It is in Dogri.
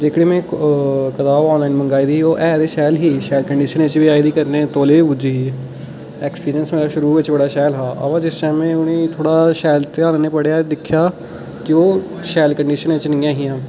जेह्कड़ी में कताब आनलाइन मंगाई दी ही ओह् ऐ ते शैल ही शैल कंडीशने च बी ऐ ही कन्नै तौले गै पुज्जी ही ऐक्सपीरियंस थोह्ड़ा शुरू च बड़ा शैल हा बाऽ जिस टाइम में उ'नें ई बड़ा शैल ध्यान कन्नै पढ़ेआ दिक्खेआ ते ओह् शैल कंडीशनै च निं हियां